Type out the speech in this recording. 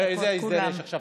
איזה הסדר יש עכשיו?